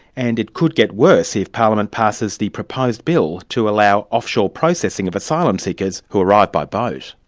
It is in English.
and it could get worse if parliament passes the proposed bill to allow offshore processing of asylum seekers who arrive by boat.